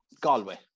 Galway